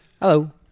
Hello